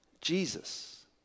Jesus